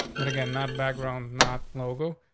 but again, not background, not logo.